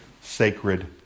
sacred